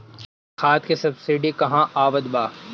खाद के सबसिडी क हा आवत बा?